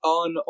on